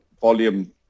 volume